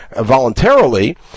voluntarily